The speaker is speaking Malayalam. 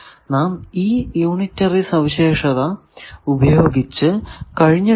നാം ഈ യൂണിറ്ററി സവിശേഷത ഉപയോഗിച്ച് കഴിഞ്ഞിട്ടില്ല